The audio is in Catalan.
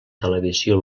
televisió